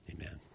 Amen